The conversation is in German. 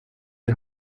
die